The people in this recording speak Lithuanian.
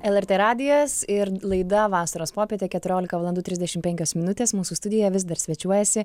lrt radijas ir laida vasaros popietė keturiolika valandų trisdešim penkios minutės mūsų studijoje vis dar svečiuojasi